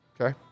Okay